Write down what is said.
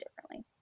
differently